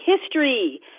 history